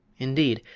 indeed,